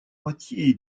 moitié